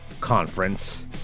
Conference